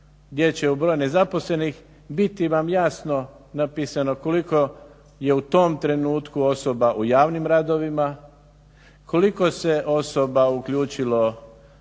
gdje će uz broj nezaposlenih biti vam jasno napisano koliko je u tom trenutku osoba u javnim radovima, koliko se osoba uključilo u ovu